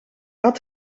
had